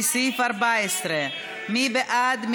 לסעיף 14. מי בעד?